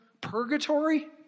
purgatory